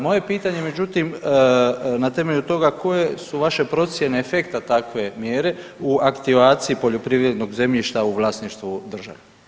Moje pitanje međutim na temelju toga koje su vaše procjene efekta takve mjere u aktivaciji poljoprivrednog zemljišta u vlasništvu države?